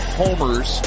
homers